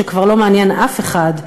שכבר לא מעניין אף אחד,